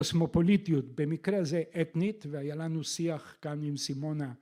אוסמופוליטיות במקרה זה אתנית והיה לנו שיח גם עם סימונה